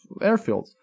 airfields